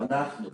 בהחלט, אנחנו.